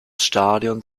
stadion